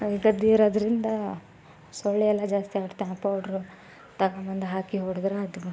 ಗದ್ದೆ ಇರೋದ್ರಿಂದ ಸೊಳ್ಳೆ ಎಲ್ಲ ಜಾಸ್ತಿ ಅವ್ರ ತ್ಯಾ ಪೌಡ್ರು ತೆಗೊಂಡ್ಬಂದು ಬಂದು ಹಾಕಿ ಹೊಡೆದ್ರೆ ಅದು ಬು